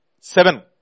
Seven